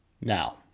Now